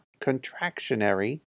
contractionary